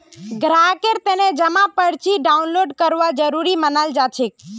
ग्राहकेर तने जमा पर्ची डाउनलोड करवा जरूरी मनाल जाछेक